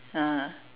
(uh huh)